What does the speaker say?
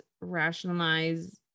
rationalize